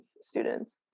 students